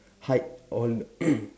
hide all